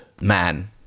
man